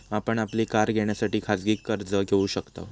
आपण आपली कार घेण्यासाठी खाजगी कर्ज घेऊ शकताव